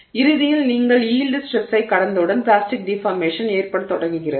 எனவே இறுதியில் நீங்கள் யீல்டு ஸ்ட்ரெஸ்ஸைக் கடந்தவுடன் பிளாஸ்டிக் டிஃபார்மேஷன் ஏற்படத் தொடங்குகிறது